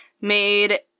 made